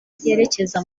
yerekeza